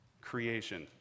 creation